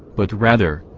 but rather,